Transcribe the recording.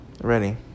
Ready